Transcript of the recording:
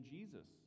Jesus